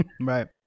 Right